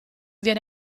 viene